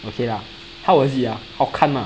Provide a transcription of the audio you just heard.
okay lah how was it ah 好看吗